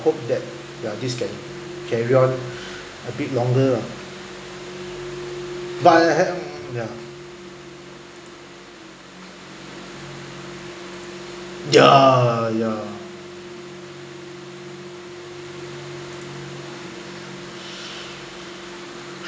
hope that this can carry on a bit longer ah but I I I had mm ya yeah ya